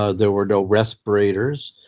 ah there were no respirators.